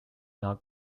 not